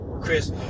Chris